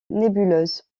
nébuleuse